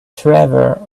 trevor